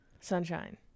sunshine